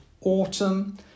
autumn